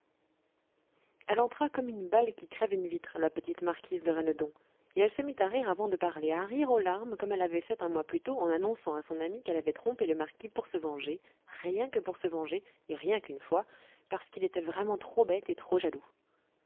elle entra comme une balle qui crève une vitre la petite marquise de rennedon et elle se mit à rire avant de parler à rire aux larmes comme elle avait fait un mois plus tôt en annonçant à son amie qu'elle avait trompé le marquis pour se venger rien que pour se venger et rien qu'une fois parce qu'il était vraiment trop bête et trop jaloux